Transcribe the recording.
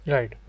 Right